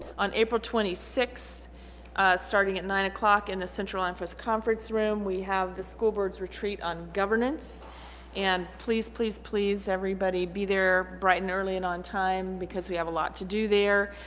on april twenty sixth starting at nine o'clock in the central line for scon firts room we have the school board's retreat on governance and please please please everybody be there bright and early and on time because we have a lot to do there